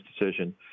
decision